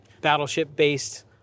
battleship-based